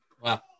Wow